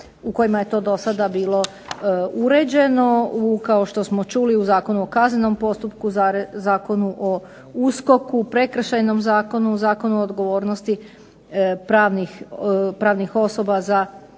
u kojima je to dosada bilo uređeno, kao što smo čuli u Zakonu o kaznenom postupku, Zakonu o USKOK-u, Prekršajnom zakonu, Zakonu o odgovornosti pravnih osoba za kaznena